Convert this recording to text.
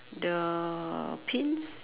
the pins